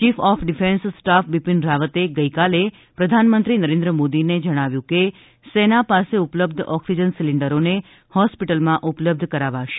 chief of defence staff Bipin રાવતે ગઈકાલે પ્રધાનમંત્રી નરેન્દ્ર મોદીને જણાવ્યું હતું કે સેના પાસે ઉપલબ્ધ ઓક્સિજન સિલિન્ડરોને હોસ્પિટલમાં ઉપલબ્ધ કરાવાશે